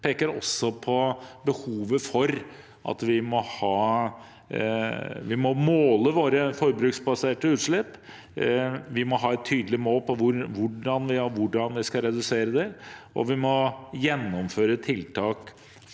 peker også på behovet for at vi må måle våre forbruksbaserte utslipp. Vi må ha et tydelig mål for hvordan vi skal redusere dem, og vi må gjennomføre tiltak